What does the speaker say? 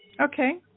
Okay